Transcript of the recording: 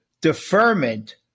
deferment